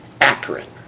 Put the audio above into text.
accurate